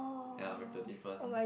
ya with the different